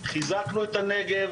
חיזקנו את הנגב,